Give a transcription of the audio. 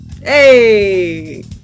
Hey